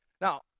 Now